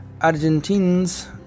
Argentines